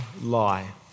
lie